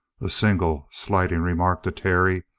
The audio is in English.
a single slighting remark to terry,